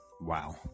wow